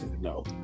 no